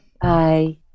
Bye